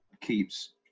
keeps